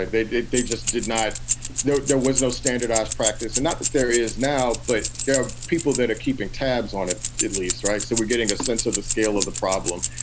like they did. they just did not know there was no standardized practice. and not that there is now. but there are people that are keeping tabs on it at least. right. so we're getting a sense of the scale of the problem.